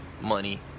money